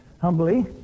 humbly